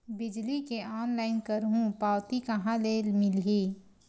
बिजली के ऑनलाइन करहु पावती कहां ले मिलही?